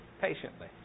patiently